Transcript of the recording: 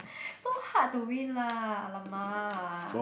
so hard to win lah ah lemak